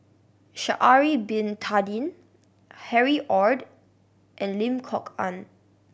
Sha'ari Bin Tadin Harry Ord and Lim Kok Ann